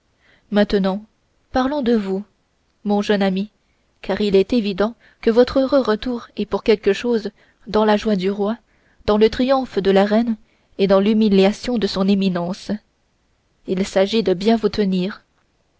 maintenant parlons de vous mon jeune ami car il est évident que votre heureux retour est pour quelque chose dans la joie du roi dans le triomphe de la reine et dans l'humiliation de son éminence il s'agit de bien vous tenir